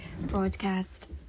broadcast